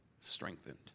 strengthened